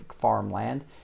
farmland